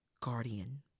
guardian